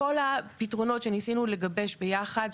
כל הפתרונות שניסינו לגבש ביחד,